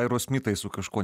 aerosmitai su kažkuo ne